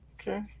okay